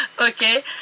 Okay